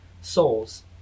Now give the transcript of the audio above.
souls